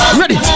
ready